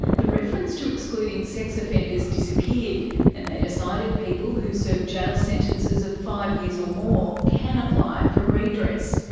the reference to excluding sex offenders disappeared and they decided people who've served jail sentences of five years or more can apply for redress.